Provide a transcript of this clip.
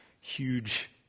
huge